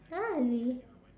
!huh! really